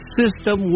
system